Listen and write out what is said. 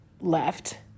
left